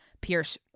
Pierce